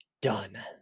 done